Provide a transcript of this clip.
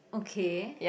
okay